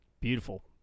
Beautiful